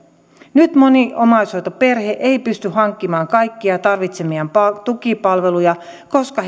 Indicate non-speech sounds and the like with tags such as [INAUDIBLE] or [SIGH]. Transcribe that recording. nyt moni omaishoitoperhe ei pysty hankkimaan kaikkia tarvitsemiaan tukipalveluja koska [UNINTELLIGIBLE]